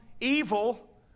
evil